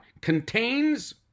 contains